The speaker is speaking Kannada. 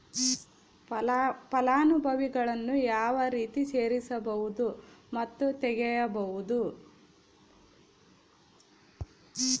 ಫಲಾನುಭವಿಗಳನ್ನು ಯಾವ ರೇತಿ ಸೇರಿಸಬಹುದು ಮತ್ತು ತೆಗೆಯಬಹುದು?